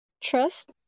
Trust